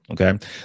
okay